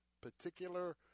particular